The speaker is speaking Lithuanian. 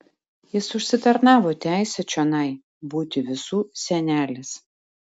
jis užsitarnavo teisę čionai būti visų senelis